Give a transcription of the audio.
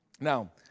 Now